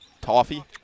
Toffee